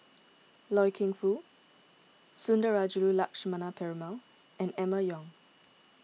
Loy Keng Foo Sundarajulu Lakshmana Perumal and Emma Yong